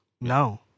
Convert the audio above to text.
No